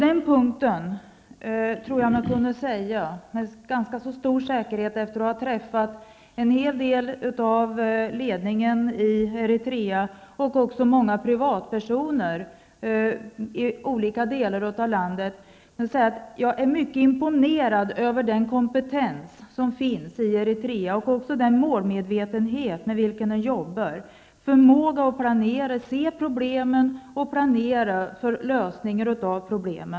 Efter att ha träffat flera i ledningen i Eritrea och många privatpersoner i olika delar av landet, är jag mycket imponerad över den kompetens som finns i Eritrea och den målmedvetenhet med vilken man arbetar, förmågan att se problemen och planera för lösningar av dem.